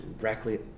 directly